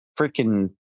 freaking